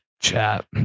chat